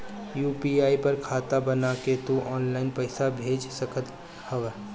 UPI पर खाता बना के तू ऑनलाइन पईसा भेज सकत हवअ